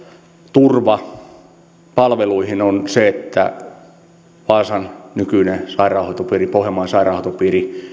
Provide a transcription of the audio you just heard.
turva palveluihin on se että vaasan nykyinen sairaanhoitopiiri pohjanmaan sairaanhoitopiiri